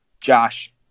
Josh